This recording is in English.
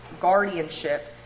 guardianship